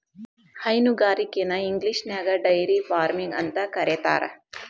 ಹೈನುಗಾರಿಕೆನ ಇಂಗ್ಲಿಷ್ನ್ಯಾಗ dairy farming ಅಂತ ಕರೇತಾರ